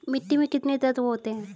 मिट्टी में कितने तत्व होते हैं?